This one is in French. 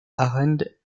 arendt